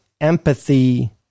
empathy